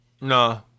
No